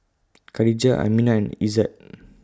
Khadija Aminah and Izzat